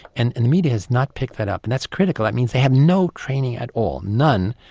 and and the media has not picked that up, and that's critical. that means they have no training at all, none,